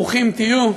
ברוכים תהיו,